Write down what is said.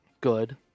good